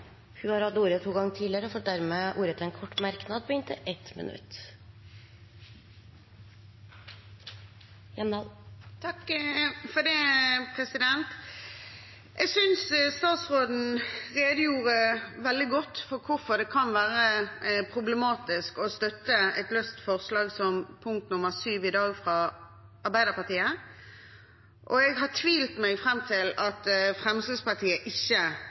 har hatt ordet to ganger tidligere og får ordet til en kort merknad, begrenset til 1 minutt. Jeg synes statsråden redegjorde veldig godt for hvorfor det kan være problematisk å støtte forslag nr. 7, fra Arbeiderpartiet, i dag. Jeg har tvilt meg fram til at Fremskrittspartiet ikke